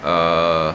err